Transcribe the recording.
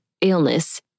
illness